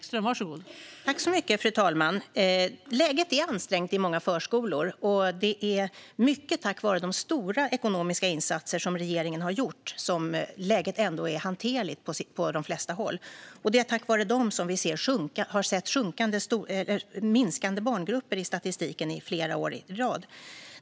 Fru talman! Läget är ansträngt i många förskolor. Det är mycket tack vare de stora ekonomiska insatser som regeringen gjort som läget ändå är hanterligt på de flesta håll. Det är också tack vare dem vi sett minskande barngrupper i statistiken i flera år i rad.